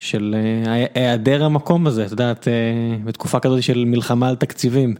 של היעדר המקום הזה, את יודעת, בתקופה כזאת של מלחמה על תקציבים.